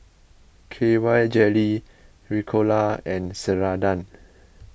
K Y Jelly Ricola and Ceradan